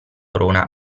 prona